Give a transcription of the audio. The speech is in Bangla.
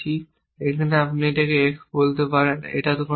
এখানে আপনি এটাকে x বলতে পারতেন এটা কোন ব্যাপার না